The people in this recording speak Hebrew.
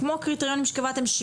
כמו קריטריונים שקבעתם,